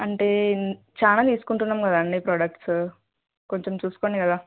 అంటే చానా తీసుకుంటున్నాం కదాండి ప్రొడక్ట్స్ కొంచెం చూసుకోండి కదా